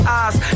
eyes